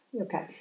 okay